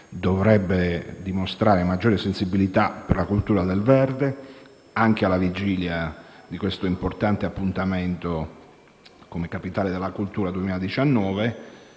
dovrebbe dimostrare maggiore sensibilità per la cultura del verde, anche alla vigilia di questo importante appuntamento come capitale della cultura 2019.